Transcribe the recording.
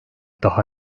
daha